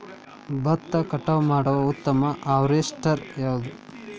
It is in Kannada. ಭತ್ತ ಕಟಾವು ಮಾಡುವ ಉತ್ತಮ ಹಾರ್ವೇಸ್ಟರ್ ಯಾವುದು?